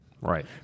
Right